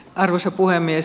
arvoisa puhemies